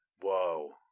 Whoa